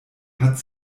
hat